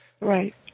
Right